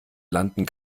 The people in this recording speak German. landen